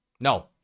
no